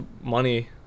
money